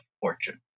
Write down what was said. fortune